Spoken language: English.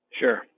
Sure